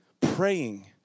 Praying